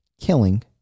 killing